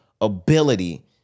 ability